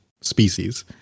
species